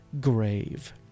grave